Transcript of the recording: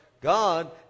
God